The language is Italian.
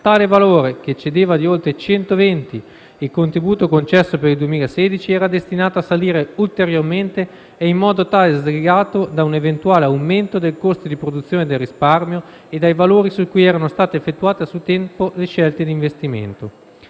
Tale valore, che eccedeva di oltre 120 euro il contributo tariffario concesso per il 2016, era destinato a salire ulteriormente e in modo totalmente slegato da un eventuale aumento del costo di produzione del risparmio e dai valori su cui erano state effettuate a suo tempo le scelte di investimento.